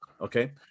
okay